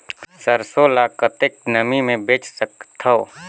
सरसो ल कतेक नमी मे बेच सकथव?